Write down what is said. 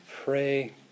pray